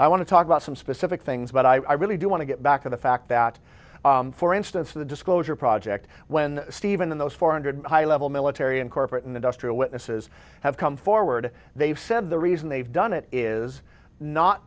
i want to talk about some specific things but i really do want to get back to the fact that for instance the disclosure project when stephen in those four hundred high level military and corporate and industrial witnesses have come forward they've said the reason they've done it is not